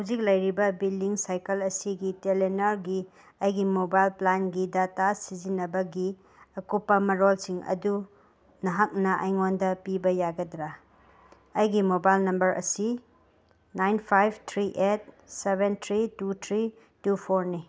ꯍꯧꯖꯤꯛ ꯂꯩꯔꯤꯕ billing cycle ꯑꯗꯤꯒꯤ ꯇꯦꯂꯦꯅꯣꯔꯒꯤ ꯑꯩꯒꯤ ꯃꯣꯕꯥꯏꯜ ꯄ꯭ꯂꯥꯟ ꯗꯇꯥ ꯁꯤꯖꯤꯟꯅꯕꯒꯤ ꯑꯀꯨꯞꯄ ꯃꯔꯣꯜꯁꯤꯡ ꯑꯗꯨ ꯅꯍꯥꯛꯅ ꯑꯩꯉꯣꯟꯗ ꯄꯤꯕ ꯌꯥꯒꯗ꯭ꯔꯥ ꯑꯩꯒꯤ ꯃꯣꯕꯥꯏꯜ ꯅꯝꯕꯔ ꯑꯁꯤ nine five three eight seven three two three two ꯐꯣꯔꯅꯤ